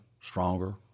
stronger